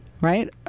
right